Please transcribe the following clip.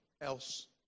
else